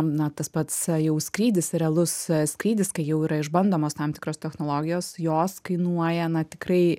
na tas pats jau skrydis realus skrydis kai jau yra išbandomos tam tikros technologijos jos kainuoja na tikrai